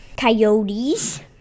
coyotes